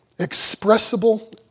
expressible